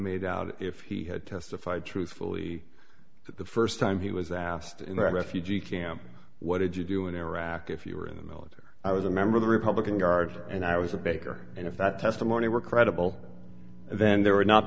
made out if he had testified truthfully the first time he was asked in the refugee camp what did you do in iraq if you were in the military i was a member of the republican guard and i was a baker and if that testimony were credible then there would not